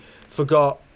forgot